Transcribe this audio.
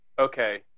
okay